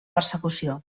persecució